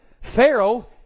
Pharaoh